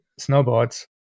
snowboards